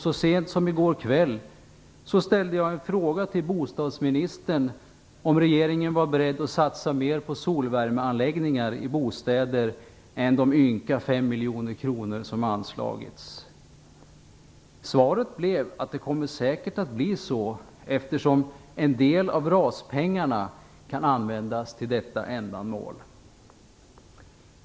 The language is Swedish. Så sent som i går kväll ställde jag en fråga till bostadsministern, om regeringen var beredd att satsa mer på solvärmeanläggningar i bostäder än de ynka 5 miljoner kronor som anslagits. Svaret blev att det säkert kommer att bli så, eftersom en del av RAS pengarna kan användas till detta ändamål.